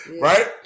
right